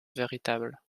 véritable